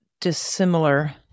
dissimilar